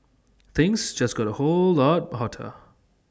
things just got A whole lot hotter